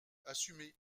assumez